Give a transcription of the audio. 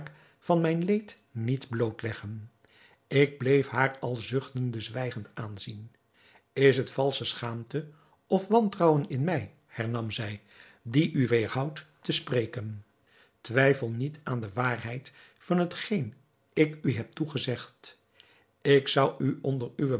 van mijn leed niet blootleggen ik bleef haar al zuchtende zwijgend aanzien is het valsche schaamte of wantrouwen in mij hernam zij die u weêrhoudt te spreken twijfel niet aan de waarheid van hetgeen ik u heb toegezegd ik zou u onder uwe